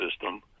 system